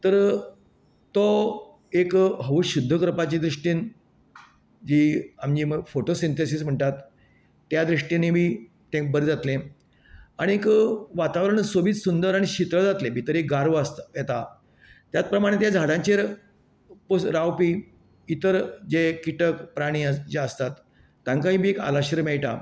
तर तो एक हवा शुद्द करपाची दृश्टीन जी आमी जेका फोटोसिन्तेसीस म्हणटात त्या दृश्टीनय बी तें बरें जातले आनीक वातावरण सोबीत सुंदर आनी शितळ जातले भितर एक घाण वास येता त्या प्रमाणांत त्या झाडांचेर रावपी इतर जे किटक प्राणी आसात तांकाय बी एक आलाशिरो मेळटा